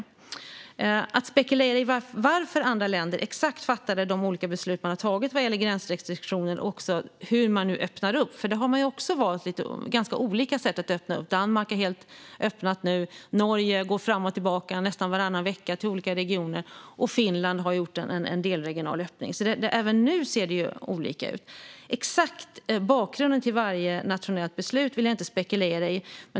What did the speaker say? Jag vill inte spekulera i exakt varför andra länder fattade de beslut de har fattat vad gäller gränsrestriktioner och när det gäller hur de nu öppnar upp. De har ju också valt ganska olika sätt att öppna upp. Danmark har öppnat helt nu, Norge går fram och tillbaka nästan varannan vecka när det gäller olika regioner och Finland har gjort en delregional öppning. Det ser alltså olika ut även nu. Den exakta bakgrunden till varje nationellt beslut vill jag inte spekulera i.